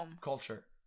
culture